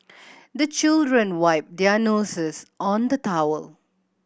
the children wipe their noses on the towel